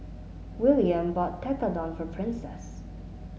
William bought Tekkadon for Princess